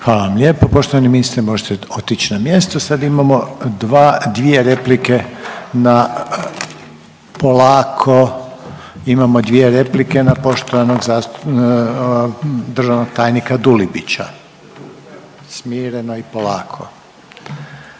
Hvala vam lijepo poštovani ministre. Možete otići na mjesto. Sad imamo dva, dvije replike na, polako, imamo dvije replike na poštovanog .../nerazumljivo/... državnog tajnika Dulibića. Smireno i polako.